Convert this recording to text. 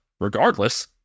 regardless